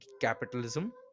capitalism